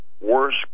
worse